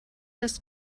das